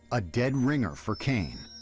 a dead ringer for kane.